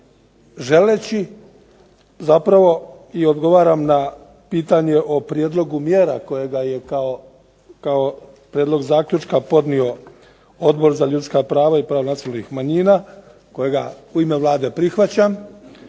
Želeći zapravo, i odgovaram na pitanje o prijedlogu mjera kojega je kao prijedlog zaključka podnio Odbor za ljudska prava i prava nacionalnih manjina, kojega u ime Vlade prihvaćam,